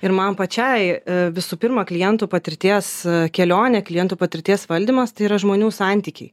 ir man pačiai visų pirma klientų patirties kelionė klientų patirties valdymas tai yra žmonių santykiai